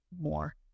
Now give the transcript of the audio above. more